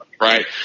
Right